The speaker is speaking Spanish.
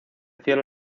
cielo